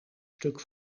stuk